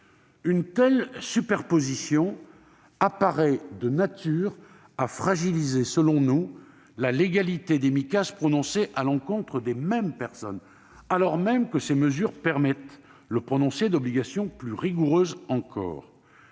Une telle superposition paraît de nature à fragiliser la légalité des Micas prononcées à l'encontre des mêmes personnes, alors que ces mesures permettent précisément le prononcé d'obligations plus rigoureuses encore.